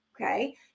okay